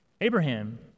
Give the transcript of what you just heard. Abraham